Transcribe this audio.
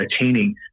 attaining